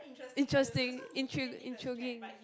interesting intri~ intriguing